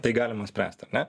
tai galima spręsti ar ne